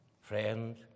Friend